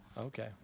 Okay